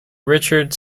richard